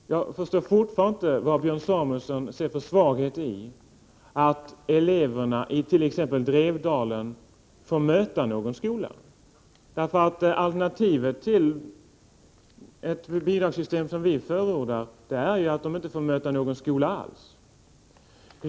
Herr talman! Jag förstår fortfarande inte vad Björn Samuelson ser för svaghet i att eleverna it.ex. Drevdagen får möta någon skola. Alternativet till ett bidragssystem som vi förordar är ju att de inte får möta någon skola alls.